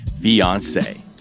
Fiance